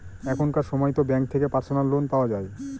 এখনকার সময়তো ব্যাঙ্ক থেকে পার্সোনাল লোন পাওয়া যায়